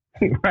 Right